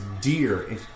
deer